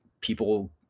people